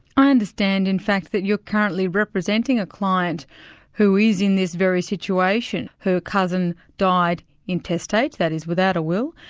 i understand in fact that you're currently representing a client who is in this very situation her cousin died intestate, that is, without a will,